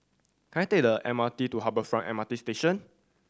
can I take the M R T to Harbour Front M R T Station